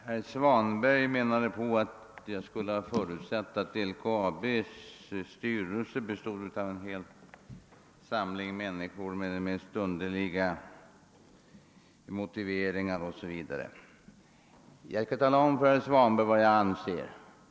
Herr talman! Herr Svanberg påstod att jag skulle ha förutsatt att LKAB:s styrelse bestod av en samling människor med de mest underliga motiv för sitt handlande. Jag skall tala om för herr Svanberg vad jag anser om LKAB:s styrelse.